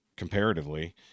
comparatively